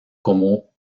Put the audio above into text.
como